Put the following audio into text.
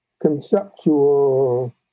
conceptual